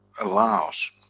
allows